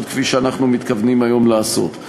המדיניים שבהם אנחנו עוסקים תימסר להכרעתם